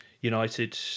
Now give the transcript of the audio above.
United